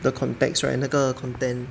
the context right 那个 content